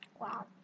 Wow